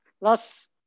last